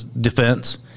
Defense